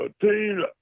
team